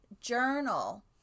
journal